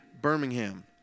Birmingham